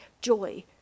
joy